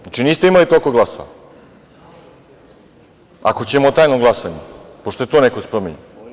Znači, niste imali toliko glasova, ako ćemo o tajnom glasanju, pošto je to neko spominjao.